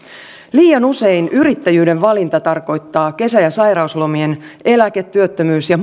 liian usein yrittäjyyden valinta tarkoittaa kesä ja sairauslomien eläke työttömyys ja